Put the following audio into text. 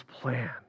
plan